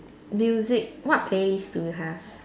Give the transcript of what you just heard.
music what taste do you have